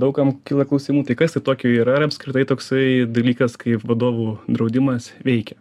daug kam kyla klausimų tai kas tai tokio yra ar apskritai toksai dalykas kaip vadovų draudimas veikia